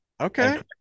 Okay